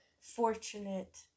fortunate